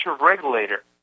regulator